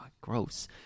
Gross